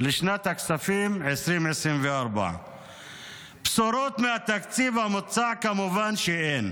לשנת הכספים 2024. בשורות מהתקציב המוצע כמובן שאין.